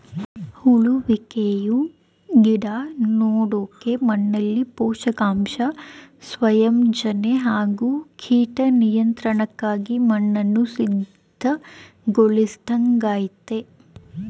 ಉಳುವಿಕೆಯು ಗಿಡ ನೆಡೋಕೆ ಮಣ್ಣಲ್ಲಿ ಪೋಷಕಾಂಶ ಸಂಯೋಜನೆ ಹಾಗೂ ಕೀಟ ನಿಯಂತ್ರಣಕ್ಕಾಗಿ ಮಣ್ಣನ್ನು ಸಿದ್ಧಗೊಳಿಸೊದಾಗಯ್ತೆ